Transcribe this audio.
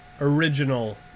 original